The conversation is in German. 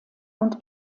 und